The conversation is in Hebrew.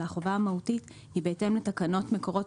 אלא החובה המהותית היא בהתאם לתקנות מקורות